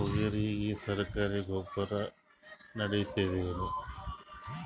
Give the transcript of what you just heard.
ತೊಗರಿಗ ಸರಕಾರಿ ಗೊಬ್ಬರ ನಡಿತೈದೇನು?